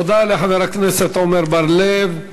תודה לחבר הכנסת עמר בר-לב.